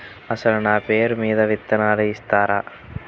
అసలు నా పేరు మీద విత్తనాలు ఇస్తారా?